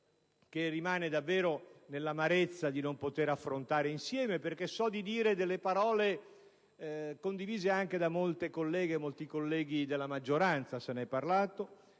che rimane davvero, nell'amarezza di non poterlo affrontare insieme, perché so di dire parole condivise da molti colleghi e colleghe della maggioranza. Se ne è parlato